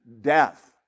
death